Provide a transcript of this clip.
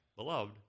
Beloved